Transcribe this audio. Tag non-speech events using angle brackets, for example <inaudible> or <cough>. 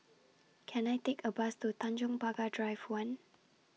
<noise> Can I Take A Bus to Tanjong Pagar Drive one